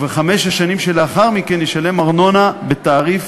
ובחמש השנים שלאחר מכן ישלם ארנונה בתעריף